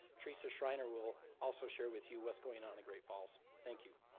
teresa schreiner will also share with you what's going on in great falls. thank you.